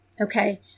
Okay